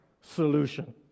solution